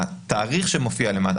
התאריך שמופיע למטה,